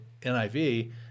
NIV